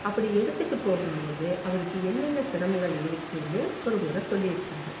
அப்படி எடுத்துகிட்டு போகும் போது அவருக்கு என்னென்ன சிரமங்கள் இருக்குதுன்னு ஒரு முறை சொல்லிருக்கார்